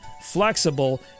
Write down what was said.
flexible